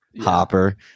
hopper